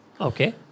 Okay